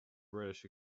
british